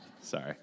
Sorry